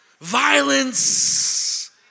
Violence